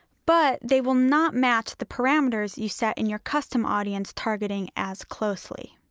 but they will not match the parameters you set in your custom audience targeting as closely.